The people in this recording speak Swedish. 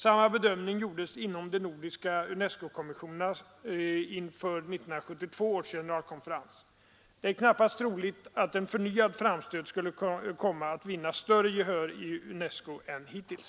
Samma bedömning gjordes inom de nordiska UNESCO-kommissionerna inför 1972 års generalkonferens. Det är knappast troligt att en förnyad framstöt skulle komma att vinna större gehör i UNESCO än hittills.